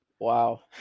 Wow